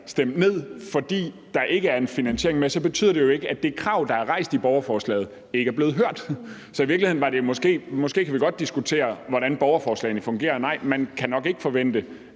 stemt ned, fordi der ikke følger finansiering med, så betyder det jo ikke, at det krav, der er rejst i borgerforslaget, ikke er blevet hørt. Så i virkeligheden kan vi måske godt diskutere, hvordan borgerforslagene fungerer. For nej, man kan nok ikke forvente,